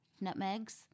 Nutmegs